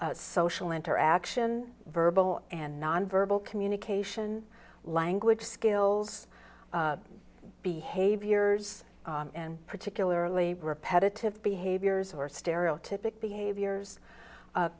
with social interaction verbal and nonverbal communication language skills behaviors and particularly repetitive behaviors or stereotypic behaviors